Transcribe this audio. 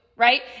Right